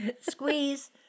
Squeeze